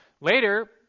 later